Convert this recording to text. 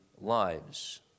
lives